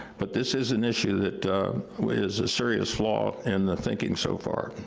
but this is an issue that is a serious flaw in the thinking so far,